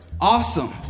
Awesome